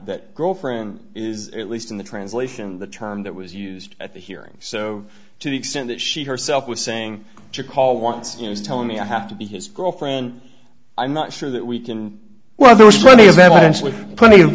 that girlfriend is at least in the translation the term that was used at the hearings so to the extent that she herself was saying to call wants to tell me i have to be his girlfriend i'm not sure that we can well there was plenty of evidence with plenty of